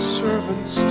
servants